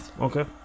okay